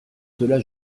cela